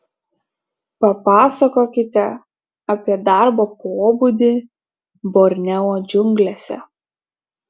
papasakokite apie darbo pobūdį borneo džiunglėse